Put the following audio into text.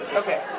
okay.